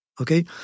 Okay